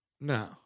No